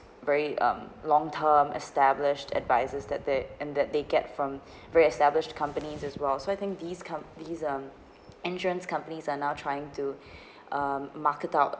very um long term established advises that they and that they get from very established companies as well so I think these companies um insurance companies are now trying to um market out